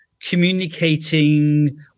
communicating